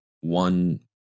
one